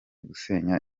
gusenya